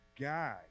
guy